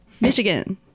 Michigan